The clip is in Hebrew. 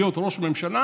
להיות ראש ממשלה,